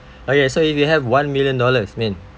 okay so if you have one million dollars min